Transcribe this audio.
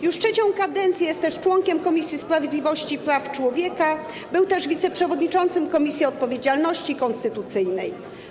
Już trzecią kadencję jest też członkiem Komisji Sprawiedliwości i Praw Człowieka, był też wiceprzewodniczącym Komisji Odpowiedzialności Konstytucyjnej.